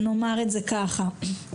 נאמר את זה כך.